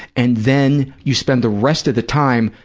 and then you spend the rest of the time,